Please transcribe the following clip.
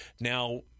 Now